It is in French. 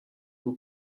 vous